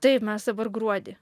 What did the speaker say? taip mes dabar gruodį